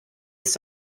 ist